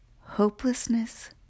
hopelessness